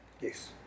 Yes